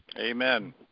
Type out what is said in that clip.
Amen